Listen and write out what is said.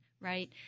right